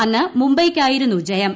അന്ന് മുംബൈയ്ക്കായിരുന്നു ജയം